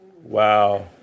Wow